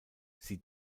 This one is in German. sie